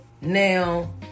now